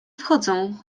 wchodzą